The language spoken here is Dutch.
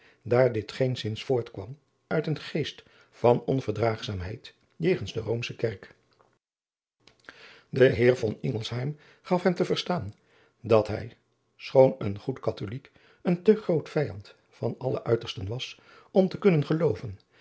daar dit geenszins voortkwam uit een geest van onverdraagzaamheid jegens de oomsche kerk e eer gaf hem te verstaan dat hij schoon een goed atholijk driaan oosjes zn et leven van aurits ijnslager een te groot vijand van alle uitersten was om te kunnen gelooven